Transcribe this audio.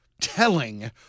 telling